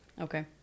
Okay